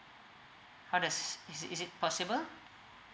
how does is is it possible